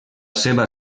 seva